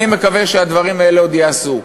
אני מקווה שהדברים האלה עוד ייעשו.